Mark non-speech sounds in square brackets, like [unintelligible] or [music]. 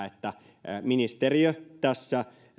[unintelligible] että ministeriö tässä